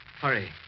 Hurry